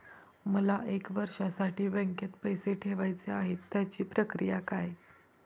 मला एक वर्षासाठी बँकेत पैसे ठेवायचे आहेत त्याची प्रक्रिया काय?